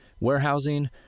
warehousing